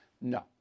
No